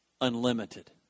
unlimited